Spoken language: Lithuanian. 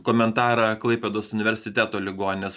komentarą klaipėdos universiteto ligoninės